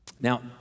Now